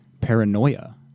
paranoia